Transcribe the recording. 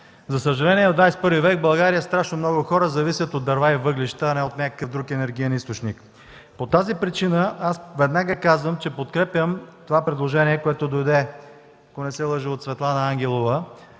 За съжаление в 21-и век в България страшно много хора зависят от дърва и въглища, а не от някакъв друг енергиен източник. По тази причина веднага казвам, че подкрепям предложението, което дойде, ако не се лъжа, от Светлана Ангелова.